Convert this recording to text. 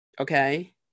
okay